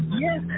Yes